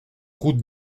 route